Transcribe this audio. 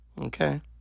okay